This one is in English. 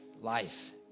life